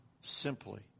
simply